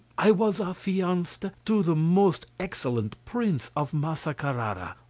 i was affianced to the most excellent prince of massa carara.